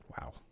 Wow